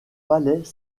palais